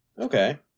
Okay